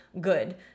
good